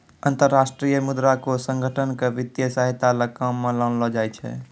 अन्तर्राष्ट्रीय मुद्रा कोष संगठन क वित्तीय सहायता ल काम म लानलो जाय छै